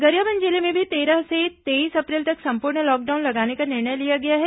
गरियाबंद जिले में भी तेरह से तेईस अप्रैल तक संपूर्ण लॉकडाउन लगाने का निर्णय लिया गया है